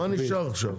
מה נשאר עכשיו?